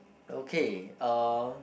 okay uh